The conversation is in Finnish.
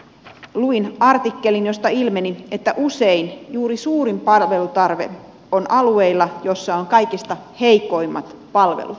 luin artikkelin josta ilmeni että usein juuri suurin palvelutarve on alueilla joissa on kaikista heikoimmat palvelut